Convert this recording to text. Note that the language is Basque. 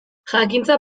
jakintza